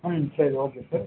ம் சரி okay sir